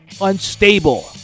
unstable